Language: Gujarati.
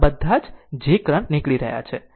બધા j કરંટ નીકળી રહ્યા છે